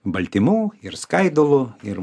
baltymų ir skaidulų ir